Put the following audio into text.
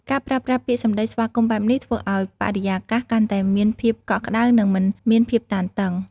ការប្រើប្រាស់ពាក្យសម្ដីស្វាគមន៍បែបនេះធ្វើឱ្យបរិយាកាសកាន់តែមានភាពកក់ក្តៅនិងមិនមានភាពតានតឹង។